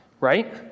right